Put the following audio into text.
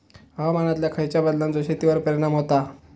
हवामानातल्या खयच्या बदलांचो शेतीवर परिणाम होता?